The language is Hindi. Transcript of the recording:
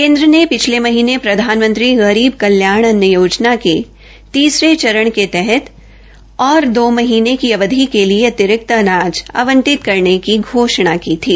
केन्द्र ने पिछले महीने प्रधानमंत्री प्रधानमंत्री गरीब कल्याण अन्न योजना के लिए तीसरे चरण के तहत और दो महीने की अवधि के लिए अतिरिक्त अनाज आवंटित करने की घोषणा की थी